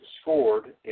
scored